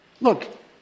Look